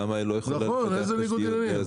למה היא לא יכולה לפתח תשתיות גז?